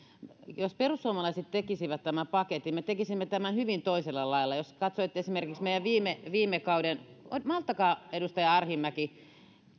jos perussuomalaiset tekisivät tämän paketin me tekisimme tämän hyvin toisella lailla jos katsoitte esimerkiksi meidän viime viime kauden malttakaa edustaja arhinmäki